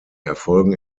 erfolgen